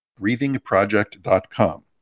breathingproject.com